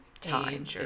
time